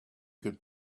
could